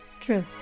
True